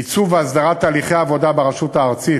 ייצוב והסדרה של תהליכי עבודה ברשות הארצית,